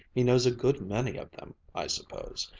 he knows a good many of them, i suppose.